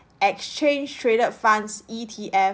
exchange traded funds E_T_F